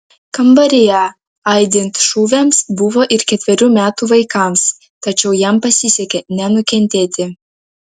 kambaryje aidint šūviams buvo ir ketverių metų vaikams tačiau jam pasisekė nenukentėti